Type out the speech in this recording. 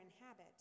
inhabit